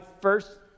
first